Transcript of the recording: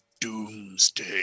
doomsday